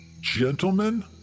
Gentlemen